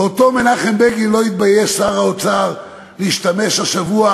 באותו מנחם בגין לא התבייש יאיר לפיד להשתמש השבוע